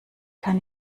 kann